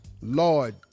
Lord